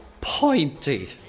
pointy